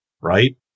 right